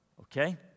Okay